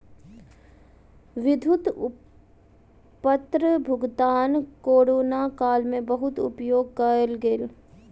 विद्युत विपत्र भुगतान कोरोना काल में बहुत उपयोग कयल गेल